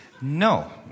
No